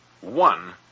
one